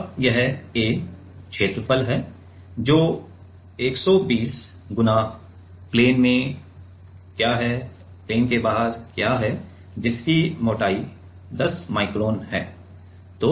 अब यह A क्षेत्रफल है जो 120 × प्लेन में क्या है प्लेन से बाहर क्या है जिसकी मोटाई 10 माइक्रोन है